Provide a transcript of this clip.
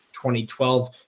2012